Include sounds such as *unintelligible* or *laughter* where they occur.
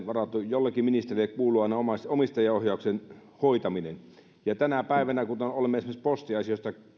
*unintelligible* varattuna jollekin ministerille kuuluvaksi omistajaohjauksen hoitaminen tänä päivänä kun olemme esimerkiksi posti asioista